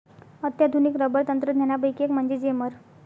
अत्याधुनिक रबर तंत्रज्ञानापैकी एक म्हणजे जेमर